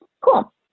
Cool